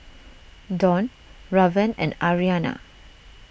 Dawne Raven and Arianna